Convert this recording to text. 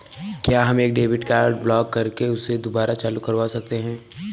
क्या हम एक डेबिट कार्ड ब्लॉक करके उसे दुबारा चालू करवा सकते हैं?